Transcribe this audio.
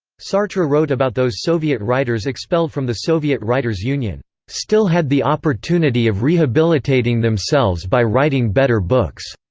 sartre wrote about those soviet writers expelled from the soviet writers' union still had the opportunity of rehabilitating themselves by writing better books.